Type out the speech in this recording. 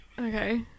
Okay